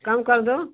कम कर दो